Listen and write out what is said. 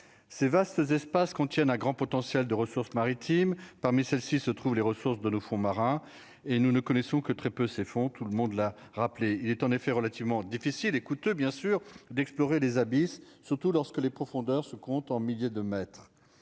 c'est vaste espace qu'on tienne un grand potentiel de ressources maritimes parmi celles-ci se trouvent les ressources de nos fonds marins et nous ne connaissons que très peu ses fonds, tout le monde l'a rappelé, il est en effet relativement difficile et coûteux, bien sûr, d'explorer les abysses, surtout lorsque les profondeurs se comptent en milliers de mètres